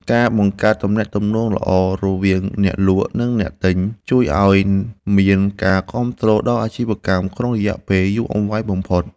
ការបង្កើតទំនាក់ទំនងល្អរវាងអ្នកលក់ និងអ្នកទិញជួយឱ្យមានការគាំទ្រដល់អាជីវកម្មក្នុងរយៈពេលយូរអង្វែងបំផុត។